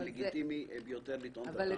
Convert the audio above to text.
זה לגיטימי ביותר לטעון את הטענה.